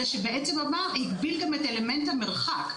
אלא שבעצם הוא הגביל גם את אלמנט המרחק.